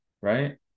right